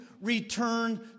return